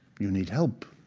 you need help,